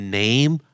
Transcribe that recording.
name